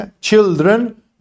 Children